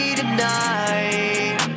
tonight